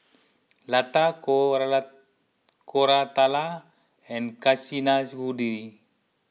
Lata Koratala and Kasinadhuni